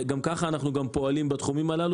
גם ככה אנחנו פועלים בתחומים הללו